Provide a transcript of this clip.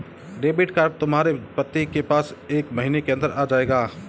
debit card तुम्हारे पति के पास एक महीने के अंदर आ जाएगा